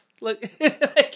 look